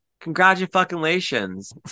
Congratulations